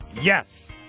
yes